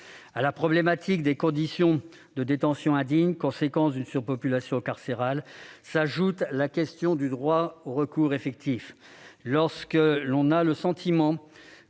À la problématique des conditions de détention indignes, conséquence d'une surpopulation carcérale, s'ajoute la question du droit de recours effectif. Lorsque l'on a le sentiment